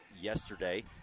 yesterday